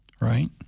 right